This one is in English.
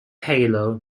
halo